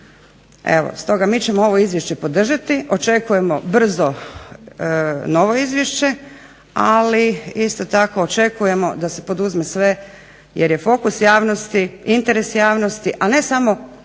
Evo, stoga mi ćemo ovo izvješće podržati, očekujemo brzo novo izvješće, ali isto tako očekujemo da se poduzme sve jer je fokus javnosti, interes javnosti, a ne samo